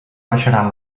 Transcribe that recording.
baixaran